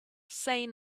say